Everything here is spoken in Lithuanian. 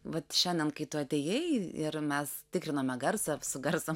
vat šiandien kai tu atėjai ir mes tikrinome garsą su garso